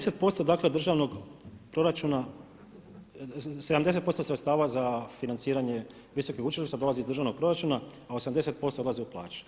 70% dakle državnog proračuna, 70% sredstava za financiranje visokih učilišta dolazi iz državnog proračuna a 80% dolazi od plaće.